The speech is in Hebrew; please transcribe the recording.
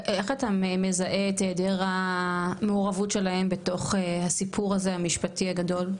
איך אתה מזהה את העדר המעורבות שלהם בתוך הסיפור הזה המשפטי הגדול?